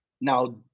Now